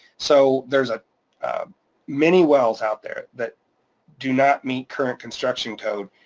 so there's ah many wells out there that do not meet current construction code.